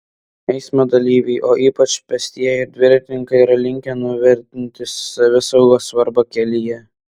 eismo dalyviai o ypač pėstieji ir dviratininkai yra linkę nuvertinti savisaugos svarbą kelyje